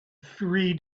three